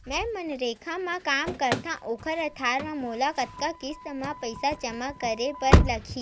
मैं मनरेगा म काम करथव, ओखर आधार म मोला कतना किस्त म पईसा जमा करे बर लगही?